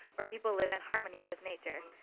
where people live in harmony with nature.